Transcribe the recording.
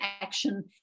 action